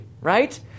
right